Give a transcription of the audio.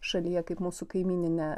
šalyje kaip mūsų kaimyninė